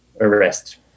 arrest